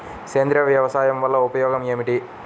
సేంద్రీయ వ్యవసాయం వల్ల ఉపయోగం ఏమిటి?